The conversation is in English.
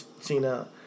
Cena